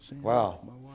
wow